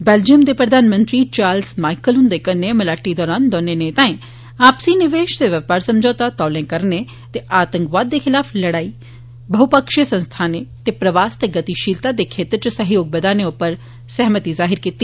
बेलजियम दे प्रधानमंत्री Charles Michel हुन्दे कन्नै मलाटी दौरान दौनें नेताएं आपसी निवेश ते बपार समझौता तौले करने ते आतंकवाद दे खलाफ लड़ाई बहुपक्षिय संस्थानें ते प्रवास ते गतिशीलता दे क्षेत्रें च सैह्योग बघाने उप्पर सैह्मती जाहिर कीती